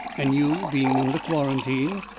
and you being under quarantine,